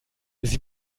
sie